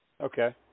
Okay